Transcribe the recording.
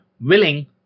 willing